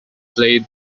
played